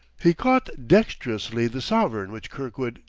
he caught dextrously the sovereign which kirkwood,